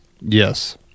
yes